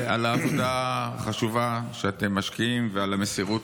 על העבודה החשובה שאתם משקיעים ועל המסירות,